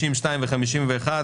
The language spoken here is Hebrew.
50(2) ו-51,